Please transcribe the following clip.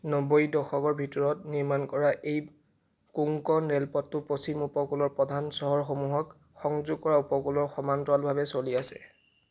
নব্বৈৰ দশকৰ ভিতৰত নিৰ্মাণ কৰা এই কোংকন ৰেলপথটো পশ্চিম উপকূলৰ প্ৰধান চহৰসমূহক সংযোগ কৰা উপকূলৰ সমান্তৰালভাৱে চলি আছে